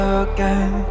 again